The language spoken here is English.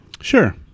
Sure